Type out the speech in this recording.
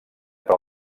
per